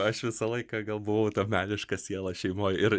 aš visą laiką gal buvau ta meniška siela šeimoj ir